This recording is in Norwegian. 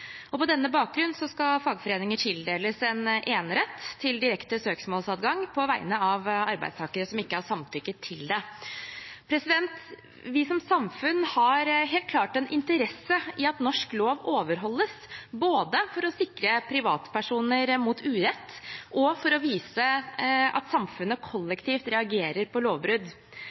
ikke. På denne bakgrunn skal fagforeninger tildeles en enerett til direkte søksmålsadgang på vegne av arbeidstakere som ikke har samtykket til det. Vi som samfunn har helt klart en interesse i at norsk lov overholdes, både for å sikre privatpersoner mot urett og for å vise at samfunnet kollektivt reagerer på lovbrudd.